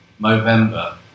Movember